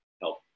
help